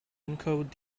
encode